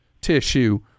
tissue